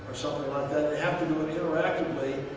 they have to do it interactively.